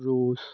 Russia